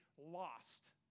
lost